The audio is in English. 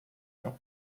you